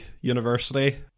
university